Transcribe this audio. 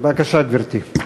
בבקשה, גברתי.